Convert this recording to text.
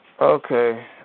Okay